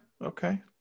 okay